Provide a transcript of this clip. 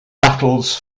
battles